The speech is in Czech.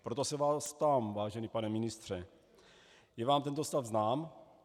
Proto se vás ptám, vážený pane ministře: Je vám tento stav znám?